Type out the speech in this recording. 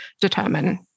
determine